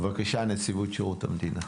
בבקשה, נציבות שירות המדינה.